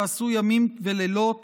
שעשו ימים ולילות